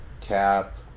Cap